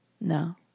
No